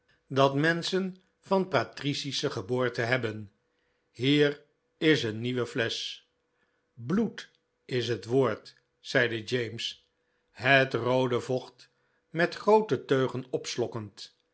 dat menschen van patricische geboorte hebben hier is de nieuwe flesch bloed is het woord zeide james het roode vocht met groote teugen opslokkend